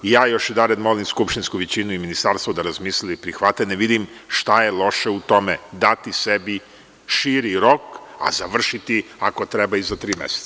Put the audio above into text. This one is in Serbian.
Još jedared molim skupštinsku većinu i ministarstvo da razmisle i prihvate, ne vidim šta je loše u tome da ti sebi širi rok, a završiti ako treba i za tri meseca.